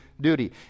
duty